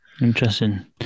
Interesting